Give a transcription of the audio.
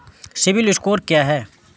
CIBIL score क्या है?